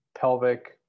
pelvic